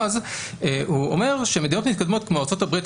אז הוא אומר שמדינות מתקדמות כמו ארה"ב,